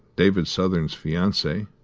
david southern's fiancee,